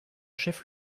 chef